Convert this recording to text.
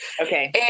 okay